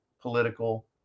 political